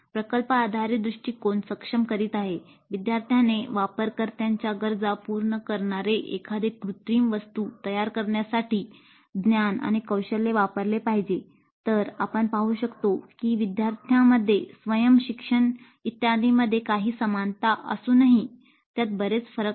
प्रकल्प आधारित दृष्टीकोन सक्षम करीत आहे विद्यार्थ्याने वापरकर्त्याच्या गरजा पूर्ण करणारे एखादे कृत्रिम वस्तू तयार करण्यासाठी ज्ञान आणि कौशल्ये वापरले पाहिजे तर आपण पाहू शकतो की विद्यार्थ्यांमध्ये स्वयं शिक्षण इत्यादींमध्ये काही समानता असूनही त्यात बरेच फरक आहेत